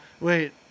Wait